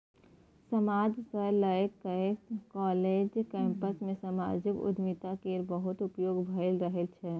समाद सँ लए कए काँलेज कैंपस मे समाजिक उद्यमिता केर बहुत उपयोग भए रहल छै